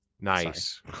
Nice